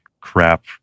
crap